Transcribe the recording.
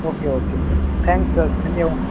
okay okay sir thanks sir धन्यवाद